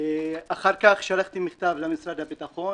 אחר כך שלחתי מכתב למשרד הביטחון